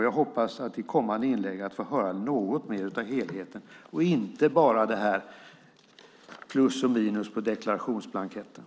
Jag hoppas att i kommande inlägg få höra något mer av helheten och inte bara detta om plus och minus på deklarationsblanketten.